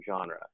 genre